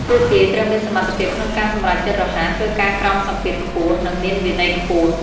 ពួកគេត្រូវមានសមត្ថភាពក្នុងការសម្រេចចិត្តរហ័ស ធ្វើការក្រោមសម្ពាធខ្ពស់ និងមានវិន័យខ្ពស់។